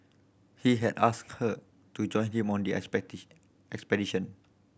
he had asked her to join him on the expedition